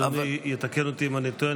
אדוני יתקן אותי אם אני טועה,